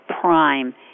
prime